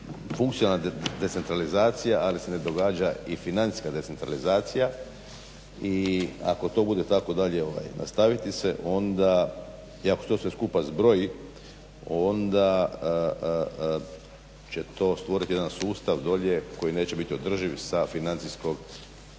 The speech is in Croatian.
funkcionalna decentralizacija, ali se ne događa i financijska decentralizacija i ako to bude tako dalje nastaviti se i ako se sve to skupa zbroji onda će to stvoriti jedan sustav dolje koji neće biti održiv sa financijskog